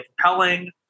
compelling